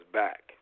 back